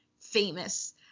famous